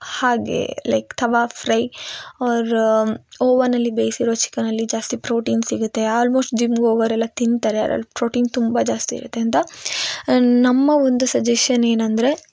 ಹಾಗೇ like tawa fry or ಓವನ್ನಲ್ಲಿ ಬೇಯ್ಸಿರೊ ಚಿಕನ್ನಲ್ಲಿ ಜಾಸ್ತಿ ಪ್ರೋಟೀನ್ ಸಿಗತ್ತೆ ಆಲ್ಮೋಸ್ಟ್ ಜಿಮ್ಗೆ ಹೋಗೋರೆಲ್ಲ ತಿಂತಾರೆ ಅದ್ರಲ್ಲಿ ಪ್ರೊಟೀನ್ ತುಂಬ ಜಾಸ್ತಿ ಇರತ್ತೆ ಅಂತ ನಮ್ಮ ಒಂದು ಸಜೆಶನ್ ಏನಂದರೆ